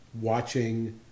watching